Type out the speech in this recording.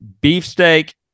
Beefsteak